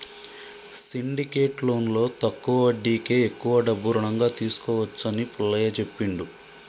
syndicate లోన్లో తక్కువ వడ్డీకే ఎక్కువ డబ్బు రుణంగా తీసుకోవచ్చు అని పుల్లయ్య చెప్పిండు